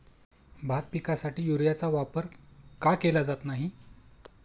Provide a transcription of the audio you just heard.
भात पिकासाठी युरियाचा वापर का केला जात नाही?